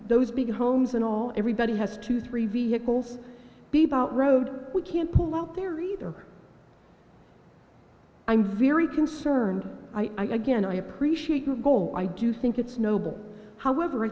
those big homes and all everybody has to three vehicles be bought road we can't pull up there either i'm very concerned i again i appreciate your goal i do think it's noble however